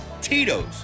Tito's